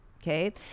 Okay